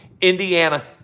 Indiana